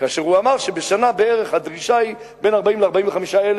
כאשר הוא אמר שבשנה הדרישה היא בין 40,000 ל-45,000,